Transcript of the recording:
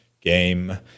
game